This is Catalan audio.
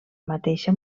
mateixa